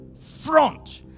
front